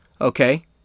Okay